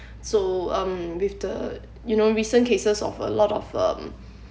so um with the you know recent cases of a lot of um